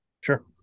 Sure